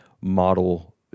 model